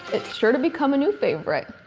it's sure to become a new favorite.